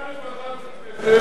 בסדר גמור.